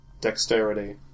dexterity